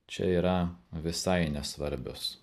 čia yra visai nesvarbios